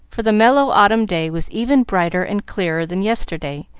for the mellow autumn day was even brighter and clearer than yesterday,